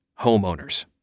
homeowners